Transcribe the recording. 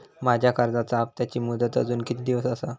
माझ्या कर्जाचा हप्ताची मुदत अजून किती दिवस असा?